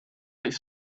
its